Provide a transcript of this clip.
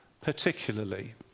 particularly